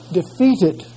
defeated